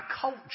culture